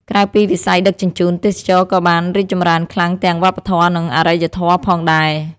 ក្រៅពីវិស័យដឹកជញ្ជូន ទេសចរណ៍ក៏បាន រីកចម្រើនខ្លាំងទាំងវប្បធម៌ និងអរិយធម៌ ផងដែរ។